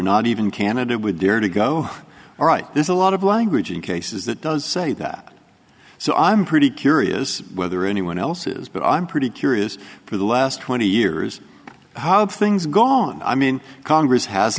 not even candidate would dare to go all right there's a lot of language in cases that does say that so i'm pretty curious whether anyone else is but i'm pretty curious for the last twenty years how things gone i mean congress has